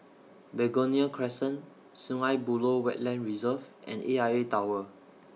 Begonia Crescent Sungei Buloh Wetland Reserve and A I A Tower